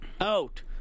out